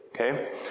okay